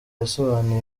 yasobanuye